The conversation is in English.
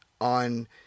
on